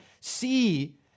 see